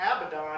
Abaddon